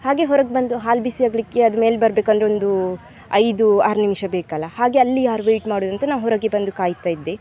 ಹಾಗೇ ಹೊರಗೆ ಬಂದು ಹಾಲು ಬಿಸಿಯಾಗಲಿಕ್ಕೆ ಅದು ಮೇಲೆ ಬರ್ಬೇಕಂದ್ರೂ ಒಂದು ಐದು ಆರು ನಿಮಿಷ ಬೇಕಲ್ಲ ಹಾಗೇ ಅಲ್ಲಿ ಯಾರು ವೇಯ್ಟ್ ಮಾಡುವುದಂತ ನಾನು ಹೊರಗೆ ಬಂದು ಕಾಯ್ತಾಯಿದ್ದೆ